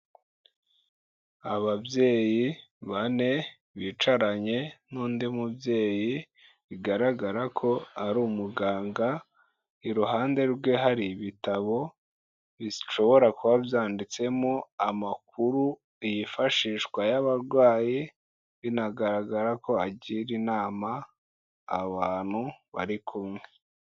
Ababyeyi bane bicaranye n'undi mubyeyi bigaragara ko ari umuganga, iruhande rwe hari ibitabo bishobora kuba byanditsemo amakuru yifashishwa y'abarwayi, binagaragara ko agira inama abantu bari kumwe.